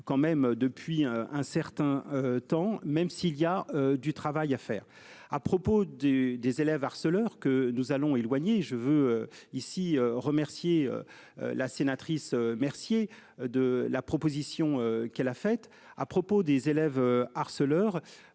quand même depuis un certain temps, même s'il y a du travail à faire à propos du des élèves harceleurs que nous allons éloigner je veux ici remercier. La sénatrice Mercier de la proposition qu'elle a fait à propos des élèves harceleurs.